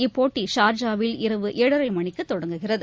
இப்போட்டி ஷார்ஜாவில் இரவு ஏழரைமணிக்குதொடங்குகிறது